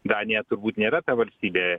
danija turbūt nėra ta valstybė